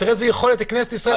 תראה איזו יכולת לכנסת ישראל.